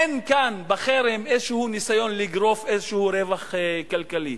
אין כאן בחרם ניסיון כלשהו לגרוף איזה רווח כלכלי.